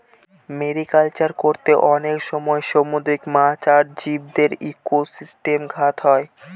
mariculture করতে অনেক সময় সামুদ্রিক মাছ আর জীবদের ইকোসিস্টেমে ঘাত হয়